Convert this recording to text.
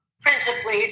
principally